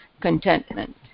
contentment